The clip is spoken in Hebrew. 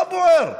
מה בוער?